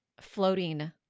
floating